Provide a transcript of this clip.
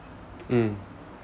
mm